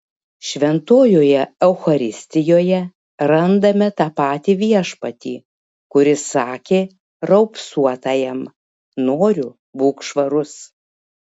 šventojoje eucharistijoje randame tą patį viešpatį kuris sakė raupsuotajam noriu būk švarus